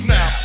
Now